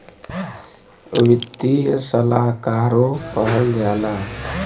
वित्तीय सलाहकारो कहल जाला